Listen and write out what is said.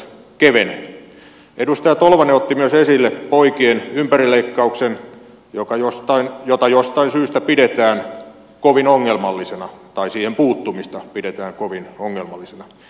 edustaja tolvanen otti myös esille poikien ympärileikkauksen johon puuttumista jostain syystä pidetä kovin ongelmallisena toisia puuttumista pidetään kovin ongelmallisena